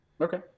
Okay